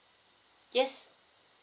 yes